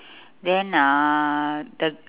then uhh the